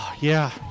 yeah